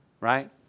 right